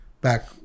back